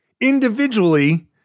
Individually